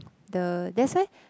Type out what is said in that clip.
the that's why